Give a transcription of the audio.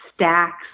stacks